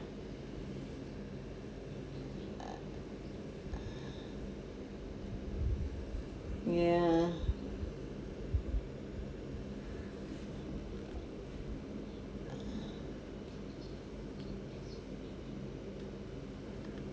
uh ya